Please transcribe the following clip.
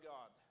God